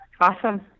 Awesome